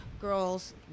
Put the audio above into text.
girls